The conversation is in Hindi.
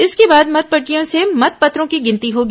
इसके बाद मतपेटियों से मत पत्रों की गिनती होगी